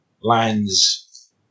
lands